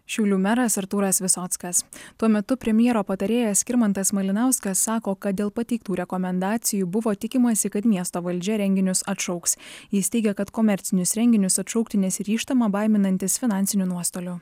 šiaulių meras artūras visockas tuo metu premjero patarėjas skirmantas malinauskas sako kad dėl pateiktų rekomendacijų buvo tikimasi kad miesto valdžia renginius atšauks jis teigia kad komercinius renginius atšaukti nesiryžtama baiminantis finansinių nuostolių